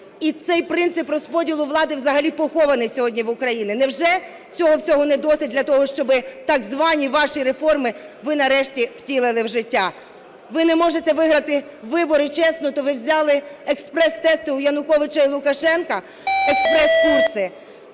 І цей принцип розподілу влади взагалі похований сьогодні в Україні. Невже цього всього не досить для того, щоб, так звані, ваші реформи ви нарешті втілили в життя? Ви не можете виграти вибори чесно, то ви взяли експрес-тести у Януковича і Лукашенка, експрес-курси?